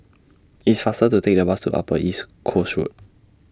It's faster to Take The Bus to Upper East Coast Road